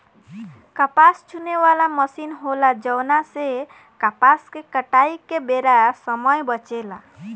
कपास चुने वाला मशीन होला जवना से कपास के कटाई के बेरा समय बचेला